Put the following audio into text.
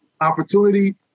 Opportunity